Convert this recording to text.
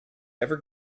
ever